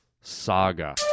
Saga